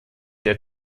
der